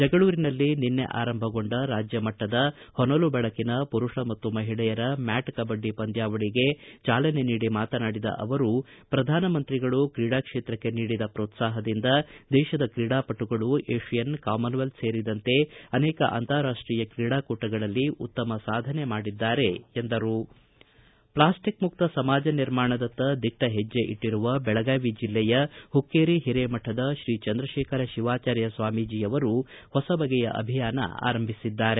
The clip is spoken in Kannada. ಜಗಳೂರಿನಲ್ಲಿ ನಿನ್ನೆ ಆರಂಭಗೊಂಡ ರಾಜ್ಯಮಟ್ಟದ ಹೊನಲು ಬೆಳಕಿನ ಪುರುಷ ಮತ್ತು ಮಹಿಳೆಯರ ಮ್ಯಾಟ್ ಕಬಡ್ಡಿ ಪಂದ್ವಾವಳಿಗೆ ಚಾಲನೆ ನೀಡಿ ಮಾತನಾಡಿದ ಅವರು ಪ್ರಧಾನಮಂತ್ರಿಗಳು ಕ್ರೀಡಾ ಕ್ಷೇತ್ರಕ್ಕೆ ನೀಡಿದ ಪ್ರೋತ್ಸಾಹದಿಂದ ದೇಶದ ಕ್ರೀಡಾಪಟುಗಳು ಏಷಿಯನ್ ಕಾಮನ್ವೆಲ್ತ್ ಸೇರಿದಂತೆ ಅನೇಕ ಅಂತಾರಾಷ್ಟೀಯ ಕ್ರೀಡಾಕೂಟಗಳಲ್ಲಿ ಉತ್ತಮ ಸಾಧನೆ ಮಾಡಿದ್ದಾರೆ ಎಂದರು ಪ್ಲಾಸ್ಟಿಕ ಮುಕ್ತ ಸಮಾಜ ನಿರ್ಮಾಣದತ್ತ ದಿಟ್ಟ ಹೆಜ್ಜೆ ಇಟ್ಟರುವ ಬೆಳಗಾವಿ ಜಿಲ್ಲೆಯ ಹುಕ್ಕೇರಿ ಹಿರೇಮಠದ ಶ್ರೀ ಚಂದ್ರಶೇಖರ ಶಿವಾಚಾರ್ಯ ಸ್ವಾಮಿಜಿ ಅವರು ಹೊಸ ಬಗೆಯ ಅಭಿಯಾನ ಆರಂಭಿಸಿದ್ದಾರೆ